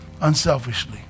Unselfishly